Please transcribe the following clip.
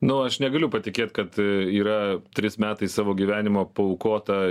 nu aš negaliu patikėt kad yra trys metais savo gyvenimo paaukota